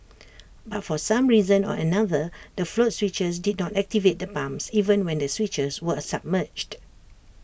but for some reason or another the float switches did not activate the pumps even when the switches were submerged